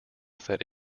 that